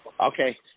Okay